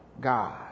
God